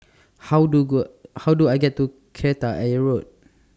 How Do Good How Do I get to Kreta Ayer Road